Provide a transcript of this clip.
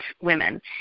women